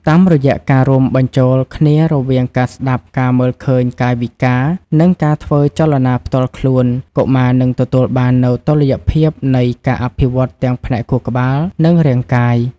តាមរយៈការរួមបញ្ចូលគ្នារវាងការស្ដាប់ ការមើលឃើញកាយវិការ និងការធ្វើចលនាផ្ទាល់ខ្លួន កុមារនឹងទទួលបាននូវតុល្យភាពនៃការអភិវឌ្ឍទាំងផ្នែកខួរក្បាល និងរាងកាយ